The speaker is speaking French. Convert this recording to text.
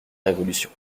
révolution